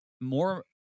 more